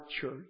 church